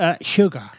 sugar